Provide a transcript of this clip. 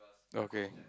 okay